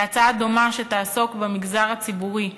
הצעה דומה שתעסוק במגזר הציבורי,